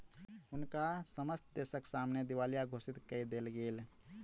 हुनका समस्त देसक सामने दिवालिया घोषित कय देल गेल